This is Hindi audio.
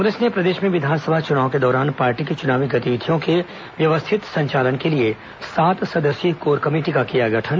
कांग्रेस ने प्रदेश में विधानसभा चुनाव के दौरान पार्टी की चुनावी गतिविधियों के व्यवस्थित संचालन के लिए सात सदस्यीय कोर कमेटी को किया गठन